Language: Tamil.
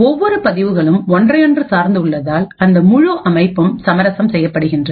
ஒவ்வொரு பதிவுகளும் ஒன்றையொன்று சார்ந்து உள்ளதால் அந்த முழு அமைப்பும் சமரசம் செய்யப்படுகிறது